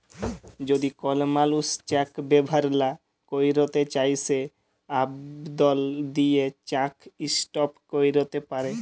যদি কল মালুস চ্যাক ব্যাভার লা ক্যইরতে চায় সে আবদল দিঁয়ে চ্যাক ইস্টপ ক্যইরতে পারে